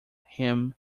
him